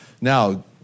Now